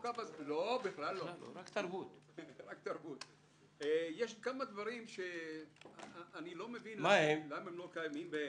יש כמה דברים, שאני לא מבין למה הם לא קיימים.